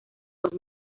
por